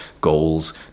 goals